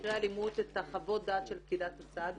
במקרה אלימות את חוות הדעת של פקידת הסעד?